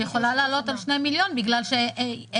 שיכולה לעלות על 2 מיליון בגלל שאין